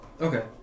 Okay